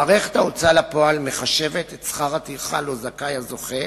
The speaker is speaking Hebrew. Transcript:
מערכת ההוצאה לפועל מחשבת את שכר הטרחה לו זכאי הזוכה